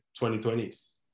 2020s